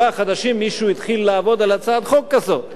חודשים מישהו התחיל לעבוד על הצעת חוק כזאת.